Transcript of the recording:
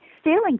stealing